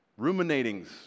ruminatings